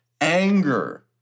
anger